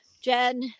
Jen